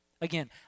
Again